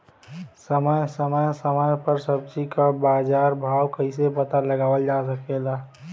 समय समय समय पर सब्जी क बाजार भाव कइसे पता लगावल जा सकेला?